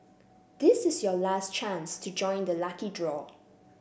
this is your last chance to join the lucky draw